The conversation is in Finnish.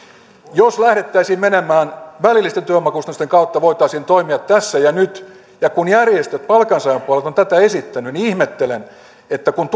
jos lähdettäisiin menemään välillisten työvoimakustannusten kautta voitaisiin toimia tässä ja nyt ja kun järjestöt palkansaajan puolelta ovat tätä esittäneet niin ihmettelen että kun